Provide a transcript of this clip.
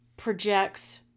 Projects